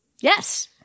Yes